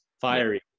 fiery